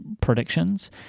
predictions